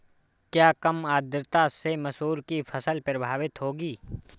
क्या कम आर्द्रता से मसूर की फसल प्रभावित होगी?